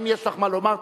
אם יש לך מה לומר,